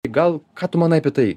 gal ką tu manai apie tai